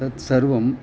तत्सर्वम्